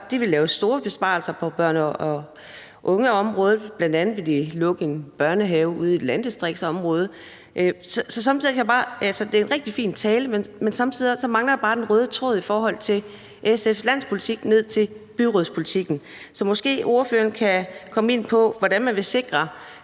de vil lave store besparelser på børne- og ungeområdet. Bl.a. vil de lukke en børnehave ude i et landdistriktsområde. Det var en rigtig fin tale, men sommetider mangler jeg bare den røde tråd i SF's landspolitik ned til byrådspolitikken. Så måske ordføreren kan komme ind på, hvordan man vil sikre